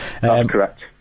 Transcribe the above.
correct